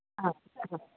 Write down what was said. हा ह